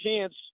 chance